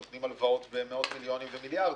נותנים הלוואות במאות מיליונים ומיליארדים,